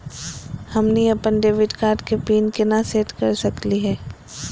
हमनी अपन debit card के पीन केना सेट कर सकली हे?